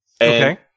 Okay